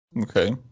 okay